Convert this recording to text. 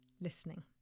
listening